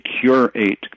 curate